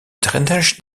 drainage